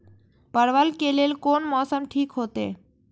परवल के लेल कोन मौसम ठीक होते?